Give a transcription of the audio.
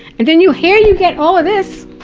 and then you here, you get all of this.